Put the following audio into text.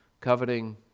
coveting